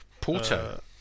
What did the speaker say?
Porto